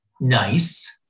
nice